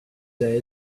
day